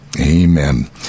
Amen